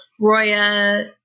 Roya